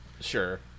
Sure